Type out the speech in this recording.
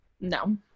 No